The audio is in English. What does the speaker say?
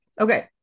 Okay